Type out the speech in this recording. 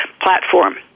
platform